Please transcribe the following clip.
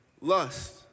lust